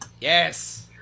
Yes